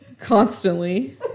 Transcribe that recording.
Constantly